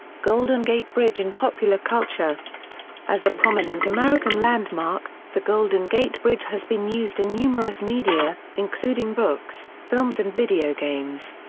golden gate bridge in popular culture as a prominent american landmark, the golden gate bridge has been used in numerous media, including books, films and video games.